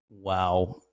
Wow